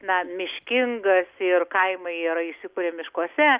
na miškingas ir kaimai yra įsikūrę miškuose